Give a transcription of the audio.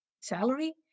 salary